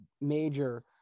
major